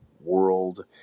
World